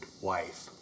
wife